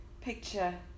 picture